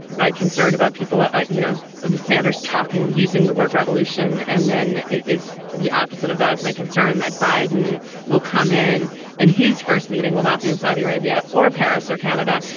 like concerned about people you know sanders talking using the word revolution and then is the opposite of that is my concern that biden will come in and his first meeting will not be in saudi arabia or paris or canada.